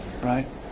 Right